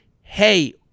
Hey